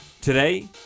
Today